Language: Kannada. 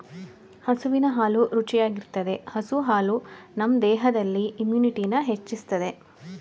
ಹಸುವಿನ ಹಾಲು ರುಚಿಯಾಗಿರ್ತದೆ ಹಸು ಹಾಲು ನಮ್ ದೇಹದಲ್ಲಿ ಇಮ್ಯುನಿಟಿನ ಹೆಚ್ಚಿಸ್ತದೆ